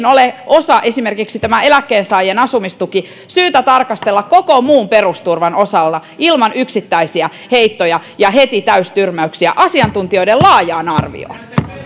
ole osaa esimerkiksi eläkkeensaajien asumistukea syytä tarkastella koko muun perusturvan osalta ilman yksittäisiä heittoja ja heti täystyrmäyksiä asiantuntijoiden laajaan arvioon